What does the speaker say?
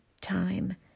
time